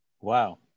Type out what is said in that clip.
Wow